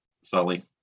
Sully